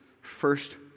first